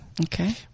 Okay